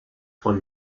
for